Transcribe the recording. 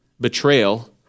betrayal